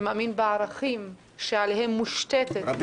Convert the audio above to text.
שמאמין בערכים שעליהם מושתתת וקמה מדינת ישראל --- ע'דיר,